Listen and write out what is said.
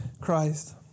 Christ